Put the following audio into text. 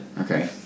Okay